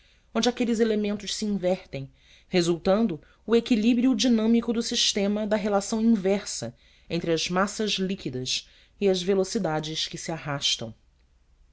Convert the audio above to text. onde aqueles elementos se invertem resultando o equilíbrio dinâmico do sistema da relação inversa entre as massas líquidas e as velocidades que se arrastam